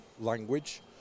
language